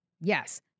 Yes